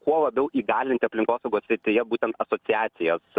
kuo labiau įgalinti aplinkosaugos srityje būtent asociacijas